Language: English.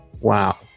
Wow